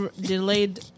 delayed